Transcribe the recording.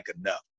enough